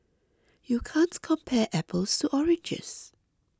you can't compare apples to oranges